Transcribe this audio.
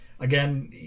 Again